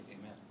Amen